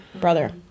brother